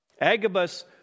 Agabus